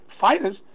fighters